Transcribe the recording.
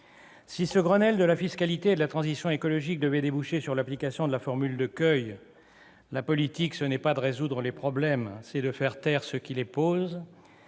Si ce Grenelle de la fiscalité et de la transition écologique devait déboucher sur l'application de la formule de Queuille, « la politique, ce n'est pas de résoudre les problèmes, mais de faire taire ceux qui les posent